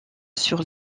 sur